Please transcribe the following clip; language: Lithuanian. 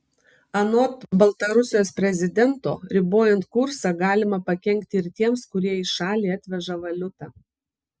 anot baltarusijos prezidento ribojant kursą galima pakenkti ir tiems kurie į šalį atveža valiutą